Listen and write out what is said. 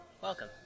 Welcome